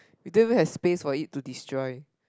we don't even have space for it to destroy